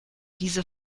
diese